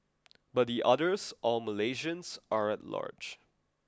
but the others all Malaysians are at large